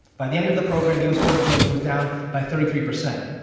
by the end of the program, u. s. mortgage lending was down by thirty three percent.